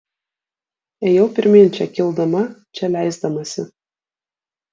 ėjau pirmyn čia kildama čia leisdamasi